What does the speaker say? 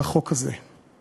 בחוק הזה.